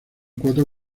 cuatro